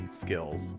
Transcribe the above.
skills